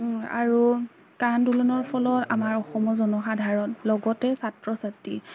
আৰু কা আন্দোলনৰ ফলত আমাৰ অসমৰ জনসাধাৰণ লগতে ছাত্ৰ ছাত্ৰী